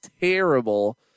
terrible